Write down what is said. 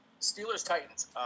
Steelers-Titans